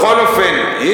בכל אופן, תמכנו בוועדה.